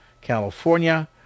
California